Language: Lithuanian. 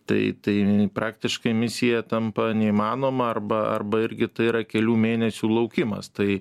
tai tai praktiškai misija tampa neįmanoma arba arba irgi tai yra kelių mėnesių laukimas tai